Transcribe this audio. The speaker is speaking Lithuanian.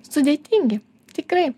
sudėtingi tikrai